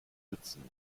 nützen